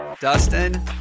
Dustin